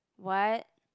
what